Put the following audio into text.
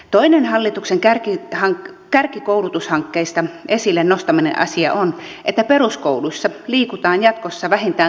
toinen hallituksen kärkikoulutushankkeista esille nostamani asia on että peruskoulussa liikutaan jatkossa vähintään tunti päivässä